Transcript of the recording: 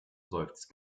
seufzt